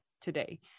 today